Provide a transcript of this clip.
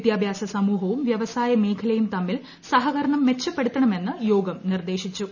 വിദ്യാഭ്യാസ സമ്മൂഹ്ലും വ്യവസായ മേഖലയും തമ്മിൽ സഹകരണം മെച്ചപ്പെടുത്ത്യ്ക്ക്മെന്ന് യോഗം നിർദ്ദേശിച്ചു